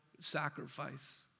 sacrifice